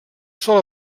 sola